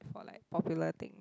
for like popular things